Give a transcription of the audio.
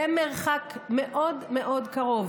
במרחק מאוד-מאוד קרוב,